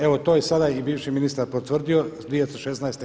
Evo to je sada i bivši ministar potvrdio 2016.